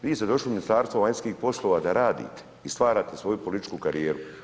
Vi ste došli u Ministarstvu vanjskih poslova da radite i stvarate svoju političku karijeru.